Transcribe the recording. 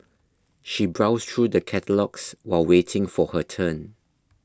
she browsed through the catalogues while waiting for her turn